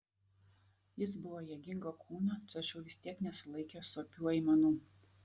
jis buvo jėgingo kūno tačiau vis tiek nesulaikė sopių aimanų